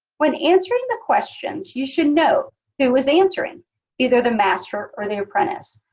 when answering the questions, you should know who is answering either the master or the apprentice.